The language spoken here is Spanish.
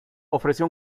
ofreció